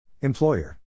Employer